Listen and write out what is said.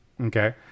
Okay